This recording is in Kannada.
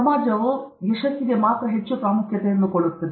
ಸಮಾಜವು ಯಶಸ್ಸಿಗೆ ಮಾತ್ರ ಹೆಚ್ಚು ಪ್ರಾಮುಖ್ಯತೆಯನ್ನು ಹೊಂದಿದೆ